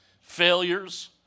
failures